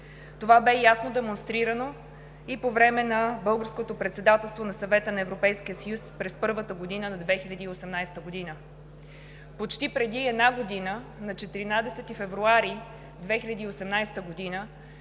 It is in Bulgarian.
Това бе ясно демонстрирано и по време на Българското председателство на Съвета на Европейския съюз през първата половина на 2018 г. Почти преди една година – на 14 февруари 2018 г.,